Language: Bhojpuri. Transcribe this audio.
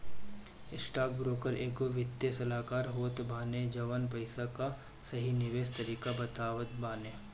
स्टॉकब्रोकर एगो वित्तीय सलाहकार होत बाने जवन पईसा कअ सही निवेश तरीका बतावत बाने